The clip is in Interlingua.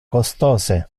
costose